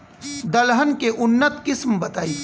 दलहन के उन्नत किस्म बताई?